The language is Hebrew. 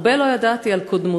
הרבה לא ידעתי על קודמותי,